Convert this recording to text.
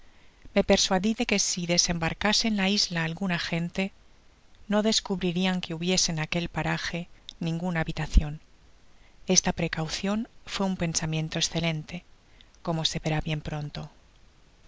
me persuadi de que si desembarcase en la isla alguna gen te no descubririan que hubiese en aquel parage ninguna habitacion esta precaucion fué un pensamiento escelen te como se verá bien pronto